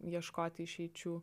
ieškoti išeičių